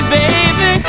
baby